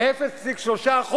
בואו נפסיק את זה, בטווח הקצר,